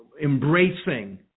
embracing